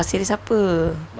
pasir ris apa